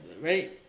right